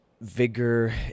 vigor